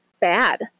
bad